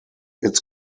its